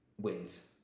wins